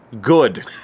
good